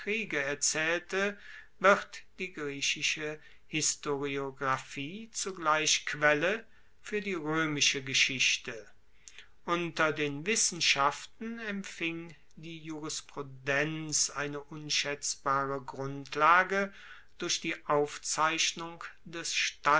erzaehlte wird die griechische historiographie zugleich quelle fuer die roemische geschichte unter den wissenschaften empfing die jurisprudenz eine unschaetzbare grundlage durch die aufzeichnung des